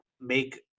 make